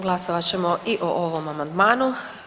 Glasovat ćemo i o ovom amandmanu.